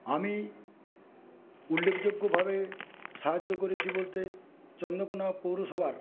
আমি উল্লেখযোগ্যভাবে সাহায্য করেছি বলতে চন্দ্রকোনা পৌরসভার